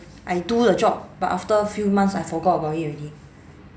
I do the job but after few months I forgot about it already